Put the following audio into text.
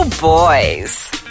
boys